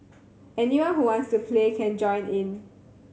anyone who wants to play can join in